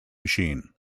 machine